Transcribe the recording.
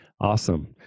Awesome